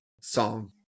song